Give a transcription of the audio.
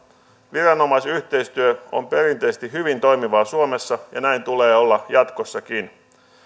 viranomaisyhteistyö on perinteisesti hyvin toimivaa suomessa ja näin tulee olla jatkossakin